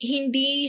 Hindi